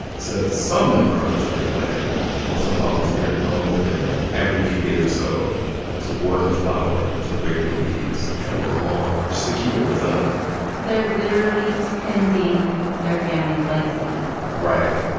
to some member of the tucker clan or some volunteer going over there every few days or so to water the flowers and to rake the leaves and to mow the lawn just to keep it presentable so they're literally tending their family's legacy right.